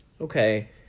Okay